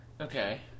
Okay